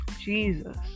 Jesus